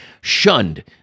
shunned